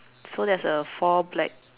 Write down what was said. so there's a four black